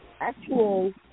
actual